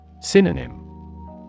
Synonym